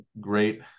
great